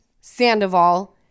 Sandoval